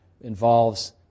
involves